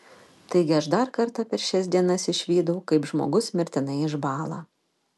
taigi aš dar kartą per šias dienas išvydau kaip žmogus mirtinai išbąla